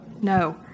No